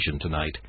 tonight